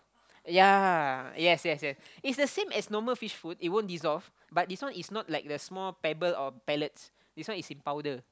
ya yes yes yes it's the same as normal fish food it won't dissolve but this one is not like the small pebble or pellets this one is in powder